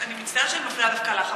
אני מצטערת שאני מפריעה דווקא לך,